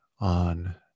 on